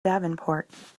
davenport